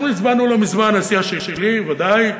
אנחנו הצבענו לא מזמן, הסיעה שלי, ודאי,